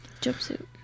jumpsuit